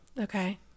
Okay